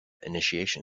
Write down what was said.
initiation